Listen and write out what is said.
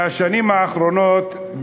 בשנים האחרונות,